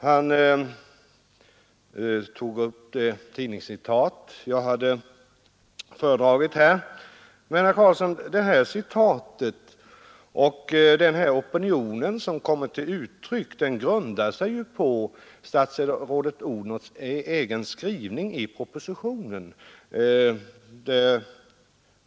Han tog upp det tidningscitat jag hade föredragit här. Men, herr Karlsson, detta citat och den opinion som kommit till uttryck grundar sig ju på statsrådet Odhnoffs egen skrivning i propositionen.